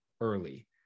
early